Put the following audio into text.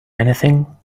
anything